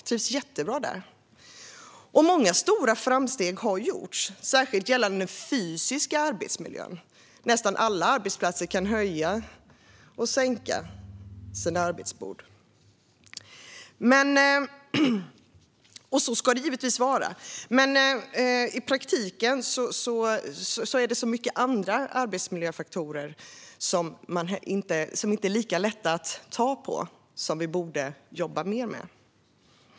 Jag trivdes jättebra där. Många stora framsteg har också gjorts, särskilt gällande den fysiska arbetsmiljön. På nästan alla arbetsplatser kan man höja och sänka sina arbetsbord. Så ska det givetvis vara. Men i praktiken är det många andra arbetsmiljöfaktorer som inte är lika lätta att ta på som vi borde jobba mer med.